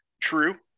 true